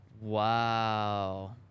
Wow